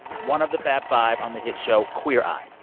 one of the fab five on the hit show queer eye.